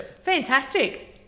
fantastic